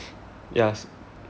yes